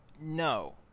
No